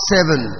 Seven